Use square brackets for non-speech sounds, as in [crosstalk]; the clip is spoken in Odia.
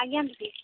ଆଜ୍ଞା [unintelligible]